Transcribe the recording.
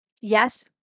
Yes